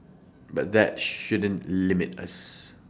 but that shouldn't limit us